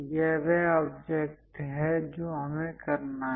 यह वह ऑब्जेक्ट है जो हमें करना है